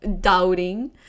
doubting